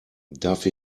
darf